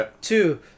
Two